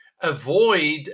avoid